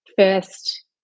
first